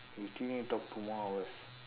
we still need to talk two more hours